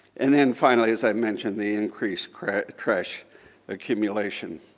and then finally, as i mentioned, the increased trash accumulation.